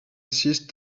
seized